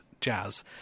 jazz